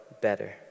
better